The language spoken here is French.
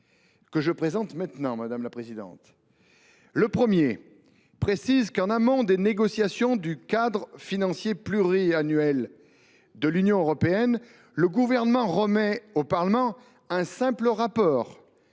à préciser que, « en amont des négociations du cadre financier pluriannuel de l’Union européenne, le Gouvernement remet au Parlement un rapport